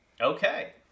Okay